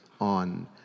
on